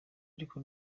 ariko